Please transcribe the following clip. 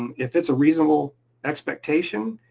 if it's a reasonable expectation,